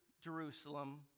Jerusalem